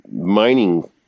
mining